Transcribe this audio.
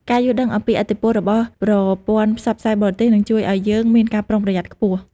ការយល់ដឹងអំពីឥទ្ធិពលរបស់ប្រព័ន្ធផ្សព្វផ្សាយបរទេសនឹងជួយឲ្យយើងមានការប្រុងប្រយ័ត្នខ្ពស់។